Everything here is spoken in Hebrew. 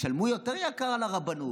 הם ישלמו יותר על הרבנות.